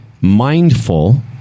mindful